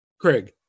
Craig